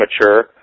mature